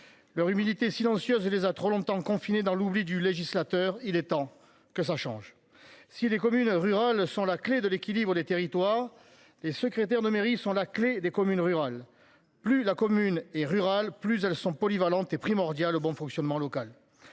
Leur humilité silencieuse et les a trop longtemps confiné dans l'oubli du législateur, il est temps que ça change. Si les communes rurales sont la clé de l'équilibre des territoires. Les secrétaires de mairie sont la clé des communes rurales, plus la commune et rural, plus elles sont polyvalente est primordial bon fonctionnement local.